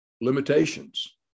limitations